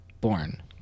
born